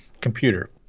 computer